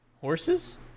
horses